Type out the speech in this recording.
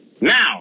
Now